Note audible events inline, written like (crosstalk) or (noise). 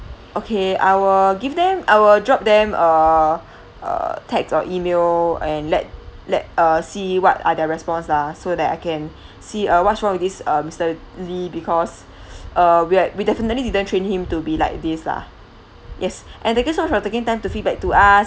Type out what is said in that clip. okay I will give them I will drop them a uh text or email and let let uh see what are their response lah so that I can (breath) see uh what's wrong with this uh mister lee because (breath) uh we had we definitely didn't train him to be like this lah yes and thank you so much for taking time to feedback to us